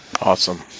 Awesome